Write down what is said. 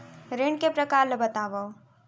ऋण के परकार ल बतावव?